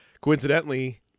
Coincidentally